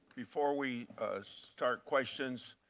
before we start questions,